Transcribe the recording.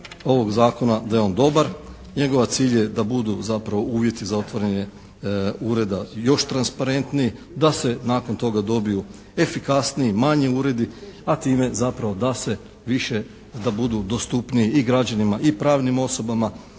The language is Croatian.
da je on dobar. Njegov cilj je da budu zapravo uvjeti za otvaranje ureda još transparentniji, da se nakon toga dobiju efikasniji, manji uredi a time zapravo da se više, da budu dostupniji i građanima i pravnim osobama